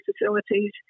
facilities